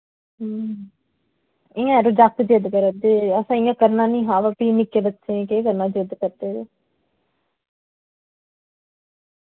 इ'य्यां यरो जाकत जिद्द करा दे हे असैं इ'य्यां करना नी हा वा फ्ही निक्के बच्चें केह् करना जिद्द करदे ते